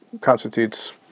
constitutes